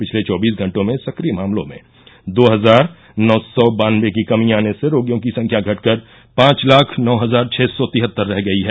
पिछले चौबीस घंटों में सक्रिय मामलों में दो हजार नौ सौ बानबे की कमी आने से रोगियों की संख्या घटकर पांच लाख नौ हजार छः सौ तिहत्तर रह गई है